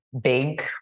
big